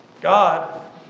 God